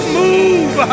move